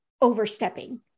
overstepping